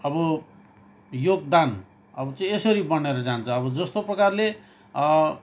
अब योगदान अब चाहिँ यसरी बनेर जान्छ अब जस्तो प्रकारले